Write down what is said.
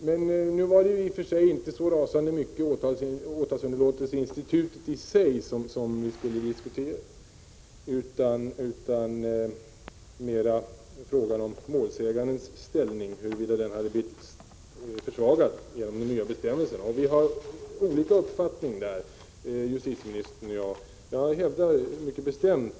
Men nu var det inte åtalsunderlåtelseinstitutet i sig som vi skulle diskutera, utan mera frågan om målsägandens ställning blivit försvagad genom de nya bestämmelserna. Här har justitieministern och jag olika uppfattningar.